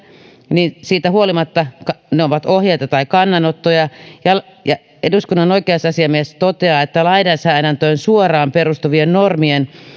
niin siitä huolimatta ne ovat ohjeita tai kannanottoja ja ja eduskunnan oikeusasiamies toteaa että lainsäädäntöön suoraan perustuvien normien